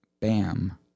Bam